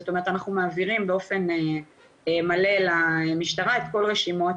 זאת אומרת אנחנו מעבירים באופן מלא למשטרה את כל רשימות